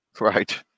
Right